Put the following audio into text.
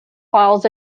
files